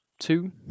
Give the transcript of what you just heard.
two